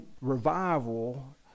revival